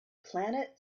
planet